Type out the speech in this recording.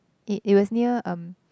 it it was near um